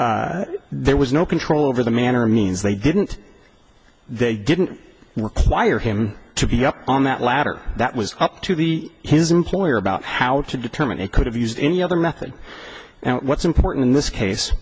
said there was no control over the man or means they didn't they didn't require him to be up on that ladder that was up to the his employer about how to determine they could have used any other method and what's important in this case